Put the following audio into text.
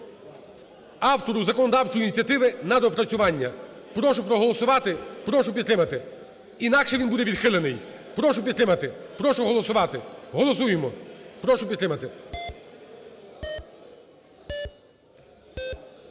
автору законодавчої ініціативи на доопрацювання. Прошу проголосувати, прошу підтримати, інакше він буде відхилений. Прошу підтримати, прошу голосувати. Голосуємо! Прошу підтримати.